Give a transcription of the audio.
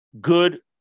good